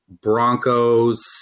Broncos